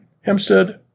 Hempstead